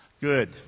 Good